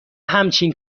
همچین